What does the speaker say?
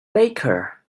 baker